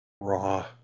Raw